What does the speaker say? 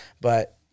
But-